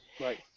right